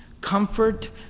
comfort